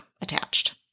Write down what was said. attached